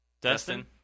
Destin